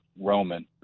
Roman